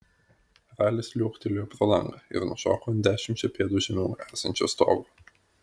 ralis liuoktelėjo pro langą ir nušoko ant dešimčia pėdų žemiau esančio stogo